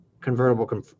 convertible